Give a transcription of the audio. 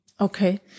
Okay